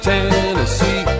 Tennessee